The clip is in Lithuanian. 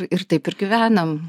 ir taip ir gyvenam